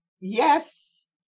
Yes